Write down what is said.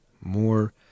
more